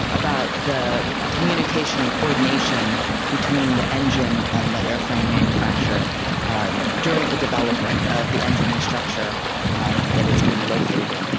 about the communication and coordination between the engine and the airframe manufacturer during the development of the engine and structure that it's gonna be located in.